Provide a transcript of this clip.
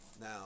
now